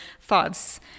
thoughts